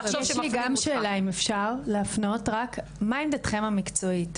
יש לי גם שאלה, מה עמדתכם המקצועית?